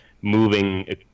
moving